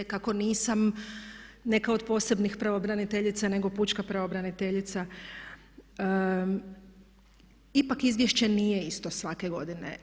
Kako nisam neka od posebnih pravobraniteljica, nego pučka pravobraniteljica ipak izvješće nije isto svake godine.